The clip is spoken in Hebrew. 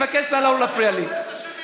אני מבקש שלא להפריע לי.